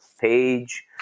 page